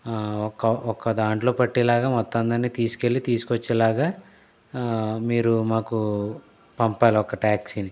ఆ ఒక్క ఒక్క దాంట్లో పట్టేలాగా మొత్తం అందర్ని తీసుకెళ్ళి తీసుకొచ్చేలాగా మీరు మాకు పంపాల ఒక ట్యాక్సీ ని